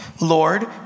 Lord